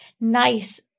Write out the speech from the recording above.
nice